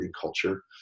culture